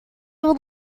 would